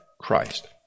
Christ